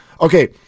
Okay